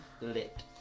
lit